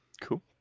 Cool